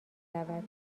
رود